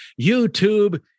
YouTube